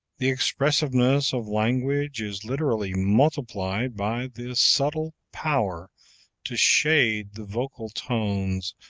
the expressiveness of language is literally multiplied by this subtle power to shade the vocal tones,